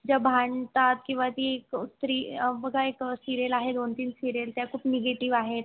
ज्या भांडतात किंवा ती स्त्री बघा एक सिरियल आहे दोन तीन सिरियल त्या खूप निगेटिव आहेत